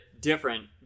different